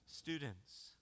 Students